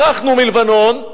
ברחנו מלבנון,